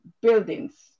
buildings